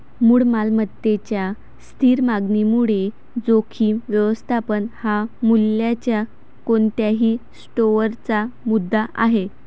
मूळ मालमत्तेच्या स्थिर मागणीमुळे जोखीम व्यवस्थापन हा मूल्याच्या कोणत्याही स्टोअरचा मुद्दा आहे